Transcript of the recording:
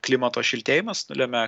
klimato šiltėjimas nulemia